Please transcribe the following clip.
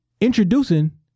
Introducing